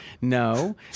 No